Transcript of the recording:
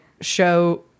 show